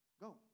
go